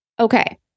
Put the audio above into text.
Okay